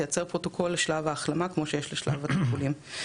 תייצר פרוטוקול לשלב ההחלמה כמו שיש לשלב הטיפולים.